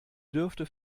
dürfte